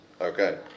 Okay